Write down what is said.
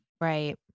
Right